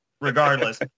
Regardless